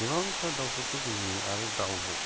गोबांथार दाउफोरखौ जों नुयो आरो दाउब'